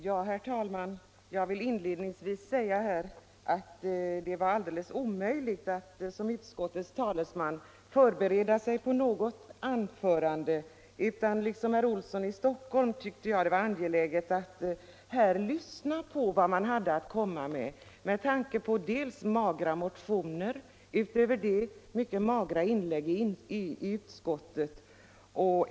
Herr talman! Jag vill inledningsvis säga att det var fullständigt omöjligt att som utskottets talesman i detta ärende förbereda något anförande. Liksom herr Olsson i Stockholm tyckte jag att det var angeläget att få lyssna på vad som skulle komma att anföras under debatten med tanke på dels de magra motionerna, dels föga givande inlägg i utskottet.